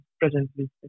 presently